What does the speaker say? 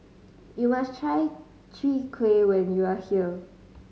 you must try Chwee Kueh when you are here